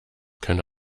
keine